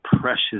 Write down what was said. precious